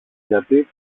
γιατί